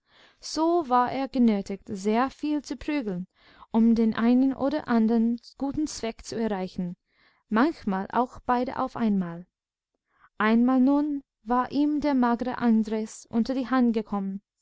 so war er genötigt sehr viel zu prügeln um den einen oder andern guten zweck zu erreichen manchmal auch beide auf einmal einmal nun war ihm der magere andres unter die hand gekommen